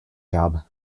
job